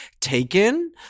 taken